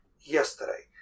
yesterday